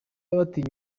batinya